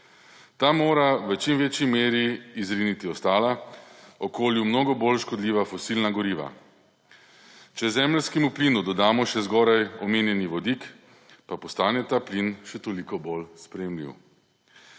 Ta mora v čim večji meri izriniti ostala, okolju mnogo bolj škodljiva fosilna goriva. Če zemeljskemu plinu dodamo še zgoraj omenjeni vodik, pa postane ta plin še toliko bolj sprejemljiv.